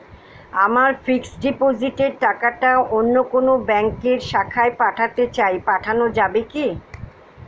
আমার ফিক্সট ডিপোজিটের টাকাটা অন্য কোন ব্যঙ্কের শাখায় পাঠাতে চাই পাঠানো যাবে কি?